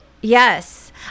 Yes